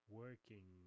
working